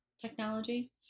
technology